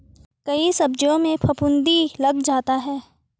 कई सब्जियों में फफूंदी लग जाता है